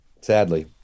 Sadly